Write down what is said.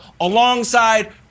alongside